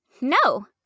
no